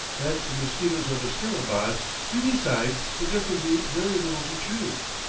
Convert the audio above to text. and the mosquitoes of asterabad we decide that there can be very little to choose,